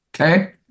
okay